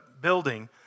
building